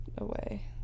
away